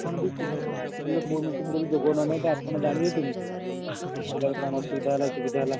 ଆପଣ ବି ସ୍କୁ ସ୍କୁଲରେ କେଉଁ ମିଟିଂରେ ବି ଯୋଗ ଦେଉନାହାନ୍ତି ଆପଣ ଜାଣିବେ କେମିତି ପିଲାର କ'ଣ ଅସୁବିଧା ହେଲା ସୁବିଧା ହେଲା